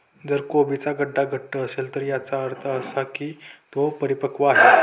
जर कोबीचा गड्डा घट्ट असेल तर याचा अर्थ असा होतो की तो परिपक्व आहे